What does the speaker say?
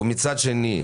ומצד שני,